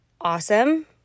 awesome